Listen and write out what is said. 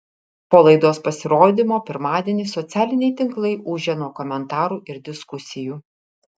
po laidos pasirodymo pirmadienį socialiniai tinklai ūžia nuo komentarų ir diskusijų